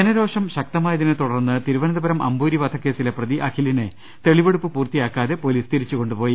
ജനരോഷം ശക്തമായതിനെത്തുടർന്ന് തിരുവനന്തപുരം അമ്പൂ രി വധക്കേസിലെ പ്രതി അഖിലിനെ തെളിവെടുപ്പ് പൂർത്തിയാക്കാ തെ പൊലീസ് തിരിച്ചുകൊണ്ടുപോയി